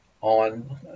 on